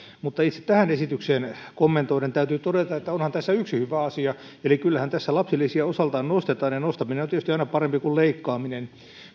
mutta itse tähän esitykseen kommentoiden täytyy todeta että onhan tässä yksi hyvä asia eli kyllähän tässä lapsilisiä osaltaan nostetaan ja nostaminen on tietysti aina parempi kuin leikkaaminen